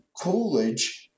Coolidge